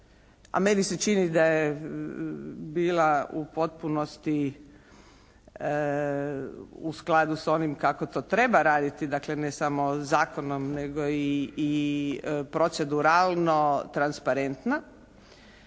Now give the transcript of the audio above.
a meni se čini da je bila u potpunosti u skladu s onim kako to treba raditi. Dakle ne samo zakonom nego i proceduralno transparentna,